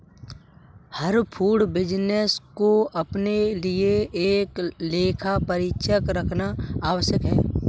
हर food business को अपने लिए एक लेखा परीक्षक रखना आवश्यक है